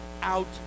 out